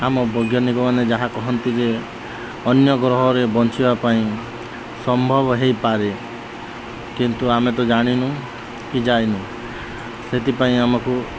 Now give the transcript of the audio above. ଆମ ବୈଜ୍ଞାନିକମାନେ ଯାହା କହନ୍ତି ଯେ ଅନ୍ୟ ଗ୍ରହରେ ବଞ୍ଚିବା ପାଇଁ ସମ୍ଭବ ହୋଇପାରେ କିନ୍ତୁ ଆମେ ତ ଜାଣିନୁ କି ଯାଇନୁ ସେଥିପାଇଁ ଆମକୁ